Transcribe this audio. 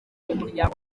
umuryango